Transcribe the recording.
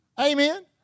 Amen